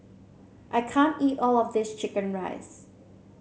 I can't eat all of this chicken rice